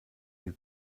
you